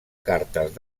cartes